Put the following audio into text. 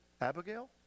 Abigail